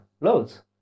loads